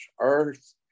earth